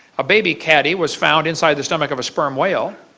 a baby caddy was found inside of the stomach of a sperm whale.